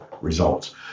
results